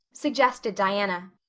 suggested diana.